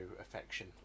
affection